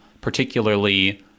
particularly